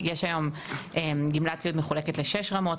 יש כיום גמלת סיעוד שמחולקת ל-6 רמות,